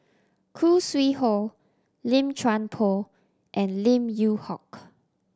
Khoo Sui Hoe Lim Chuan Poh and Lim Yew Hock